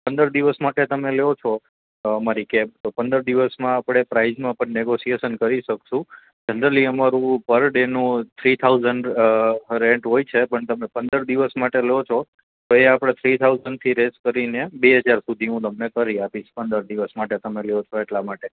પંદર દિવસ માટે તમે લ્યો છો તો અમારી કેબ તો પંદર દિવસમાં આપણે પ્રાઇઝમા પણ નેગોશિએશન કરી શકશું જનરલી અમારું પર ડે નું થ્રી થાઉસન્ડ રેન્ટ હોય છે પણ તમે પંદર દિવસ માટે લો છો તો ઈ આપણે થ્રી થાઉસન્ડથી રેસ કરીને બે હજાર સુધી હું કરી આપીશ પંદર દિવસ માટે તમે લ્યો છો એટલા માટે